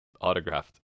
autographed